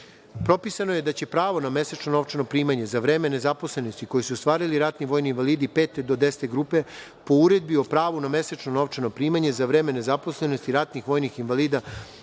grupe. Propisano je da će pravo na mesečno novčano primanje za vreme nezaposlenosti koje su ostvarili ratni vojni invalidi pete do desete grupe, po Uredbi o pravu na mesečno novčano primanje za vreme nezaposlenosti ratnih vojnih invalida